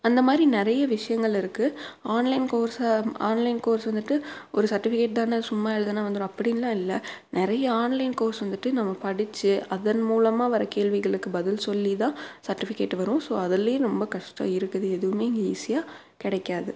அந்த மாதிரி நிறைய விஷயங்கள் இருக்குது ஆன்லைன் கோர்ஸை ஆன்லைன் கோர்ஸ் வந்துட்டு ஒரு சர்ட்டிஃபிகேட் தான் சும்மா எழுதினா வந்துரும் அப்படின்லாம் இல்லை நிறைய ஆன்லைன் கோர்ஸ் வந்துட்டு நம்ம படித்து அதன் மூலமா வர்ற கேள்விகளுக்கு பதில் சொல்லி தான் சர்ட்டிஃபிகேட்டு வரும் ஸோ அதிலையும் ரொம்ப கஷ்டம் இருக்குது எதுவும் இங்கே ஈஸியாக கிடைக்காது